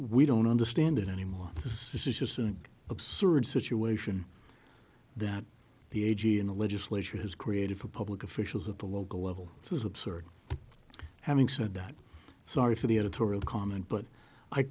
we don't understand it any more this is just an absurd situation that the a g in the legislature has created for public officials at the local level it was absurd having said that sorry for the editorial comment but i